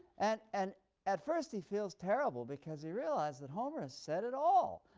at and at first he feels terrible because he realized that homer has said it all.